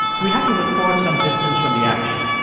we had to record some distance from the action.